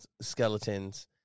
skeletons